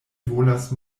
volas